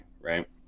right